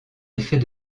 effets